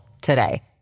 today